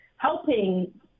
helping